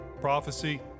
prophecy